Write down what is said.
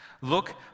Look